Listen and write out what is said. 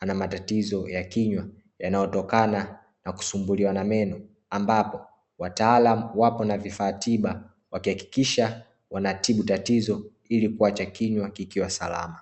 ana matatizo ya kinywa yanayotokana na kusumbuliwa na meno ambapo wataalamu wapo na vifaa tiba wakihakikisha wanatibu tatizo, ili kuacha kinywa kikiwa salama.